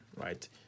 right